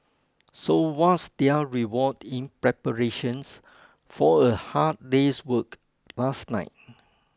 so what's their reward in preparation for a hard day's work last night